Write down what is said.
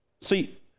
See